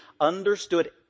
understood